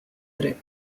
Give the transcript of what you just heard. dret